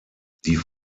die